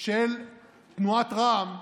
של תנועת רע"מ,